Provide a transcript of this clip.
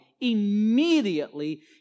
immediately